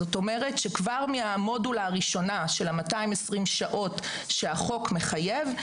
זאת אומרת שכבר מהמודולה הראשונה של 220 השעות שהחוק מחייב,